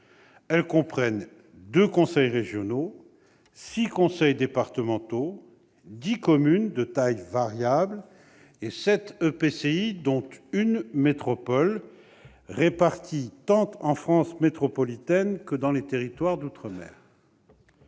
Elles comprennent : 2 conseils régionaux, 6 conseils départementaux, 10 communes de taille variable et 7 EPCI, dont une métropole, situés tant en France métropolitaine que dans les territoires d'outre-mer.